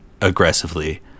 aggressively